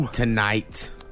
tonight